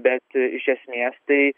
bet iš esmės tai